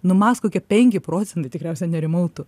nu mas kokie penki procentai tikriausia nerimautų